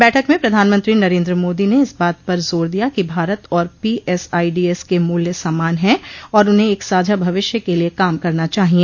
बैठक में प्रधानमंत्री नरेन्द्र मोदी ने इस बात पर जोर दिया कि भारत और पीएसआईडीएस के मूल्य समान हैं और उन्हें एक साझा भविष्य के लिए काम करना चाहिए